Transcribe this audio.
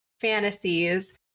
fantasies